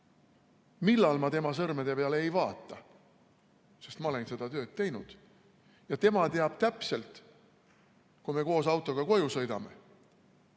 millal ma tema sõrmede peale ei vaata, sest ma olen seda tööd teinud. Ja tema teab täpselt, kui me koos autoga koju sõidame,